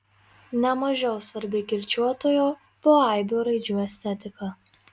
ne mažiau svarbi kirčiuotojo poaibio raidžių estetika